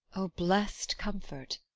o bless'd comfort!